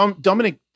Dominic